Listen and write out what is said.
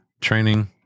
training